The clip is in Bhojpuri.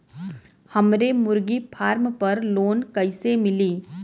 हमरे मुर्गी फार्म पर लोन कइसे मिली?